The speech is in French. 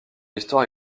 histoire